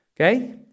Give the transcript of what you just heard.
Okay